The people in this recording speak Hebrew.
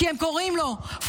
כי הם קוראים לו "פונדמנטליסט",